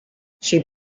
she